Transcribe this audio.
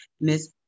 Miss